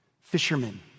fishermen